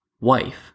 wife